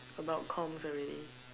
about comms already